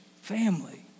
family